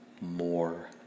more